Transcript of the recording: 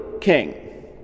king